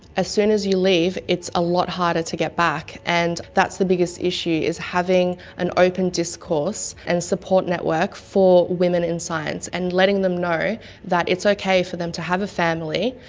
as soon as you leave it's a lot harder to get back, and that's the biggest issue is having an open discourse and support network for women in science, and letting them know that it's okay for them to have a family,